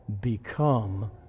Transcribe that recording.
become